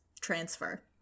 transfer